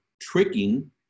tricking